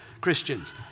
Christians